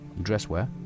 dresswear